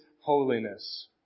holiness